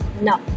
no